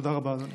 תודה רבה, אדוני.